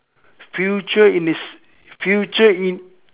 future in is future in